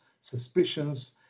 suspicions